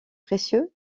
précieux